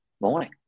Morning